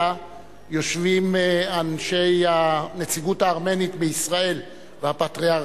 יושבים אנשי הנציגות הארמנית בישראל והפטריארכיה.